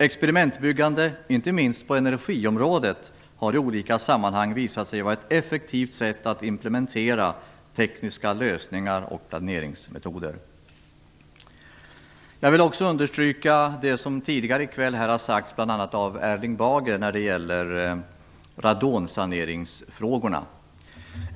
Experimentbyggande, inte minst på energiområdet, har i olika sammanhang visat sig vara ett effektivt sätt att implementera tekniska lösningar och planeringsmetoder. Jag vill också understryka det som tidigare i kväll har sagts, bl.a. av Erling Bager, när det gäller radonsaneringsfrågorna.